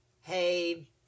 hey